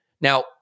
now